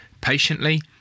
patiently